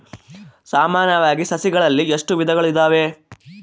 ಸಾಮಾನ್ಯವಾಗಿ ಸಸಿಗಳಲ್ಲಿ ಎಷ್ಟು ವಿಧಗಳು ಇದಾವೆ?